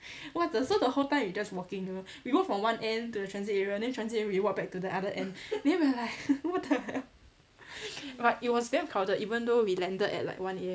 what the so the whole time we just walking we walk from one end to the transit area then transit area we walk back to the other end then we like what the but it was damn crowded even though we landed at like one A_M